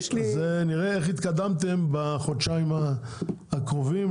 אז נראה איך התקדמתם בחודשיים הקרובים.